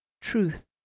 Truth